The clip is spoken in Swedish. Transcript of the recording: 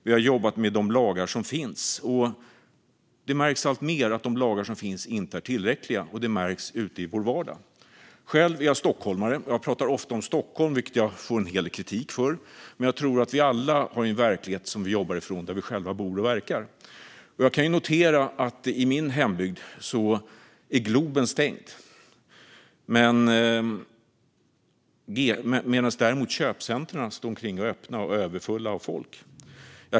Vi har jobbat med de lagar som finns, och det märks alltmer att de inte är tillräckliga. Det märks ute i vår vardag. Själv är jag stockholmare, och jag pratar ofta om Stockholm, vilket jag får en hel del kritik för. Men jag tror att vi alla jobbar utifrån den verklighet där vi själva bor och verkar. I min hembygd är Globen stängd medan köpcentrumen runt omkring är öppna och överfulla av folk.